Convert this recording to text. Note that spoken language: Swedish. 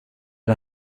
det